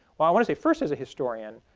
well i want to say first as a historian,